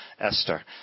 Esther